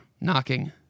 knocking